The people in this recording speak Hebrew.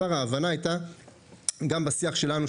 שההבנה בשיח שלנו,